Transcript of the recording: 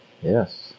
Yes